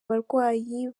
abarwayi